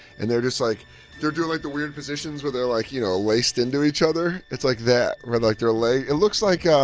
and they're just like they're doing like the weird positions where they're like, you know, laced into each other. it's like that where like they're la it looks like,